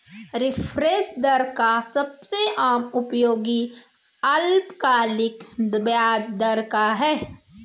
reference दर का सबसे आम उपयोग अल्पकालिक ब्याज दर का है